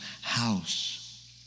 house